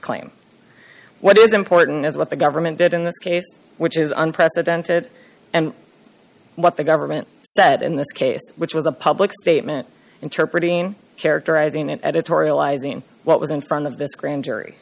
claim what is important is what the government did in this case which is unprecedented and what the government said in this case which was a public statement interpreted in characterizing it editorializing what was in front of this grand jury